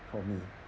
for me